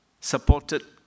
supported